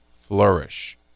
flourish